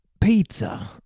pizza